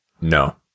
No